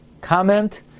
comment